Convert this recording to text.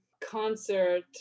concert